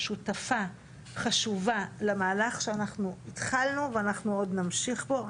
שותפה חשובה למהלך שאנחנו התחלנו ואנחנו עוד נמשיך פה.